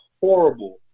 horrible